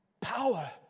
power